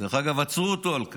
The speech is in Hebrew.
דרך אגב, עצרו אותו על כך,